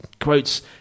quotes